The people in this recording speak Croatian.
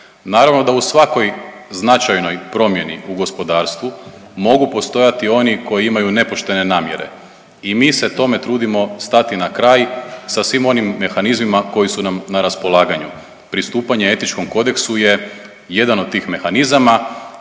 Naravno da u svakoj značajnoj promjeni u gospodarstvu mogu postojati oni koji imaju nepoštene namjere i mi se tome trudimo stati na kraj sa svim onim mehanizmima koji su nam na raspolaganju. Pristupanje etičkom kodeksu je jedan od tih mehanizama